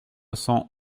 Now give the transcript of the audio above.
cent